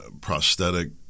prosthetic